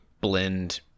blend